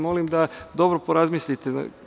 Molim vas da dobro porazmislite.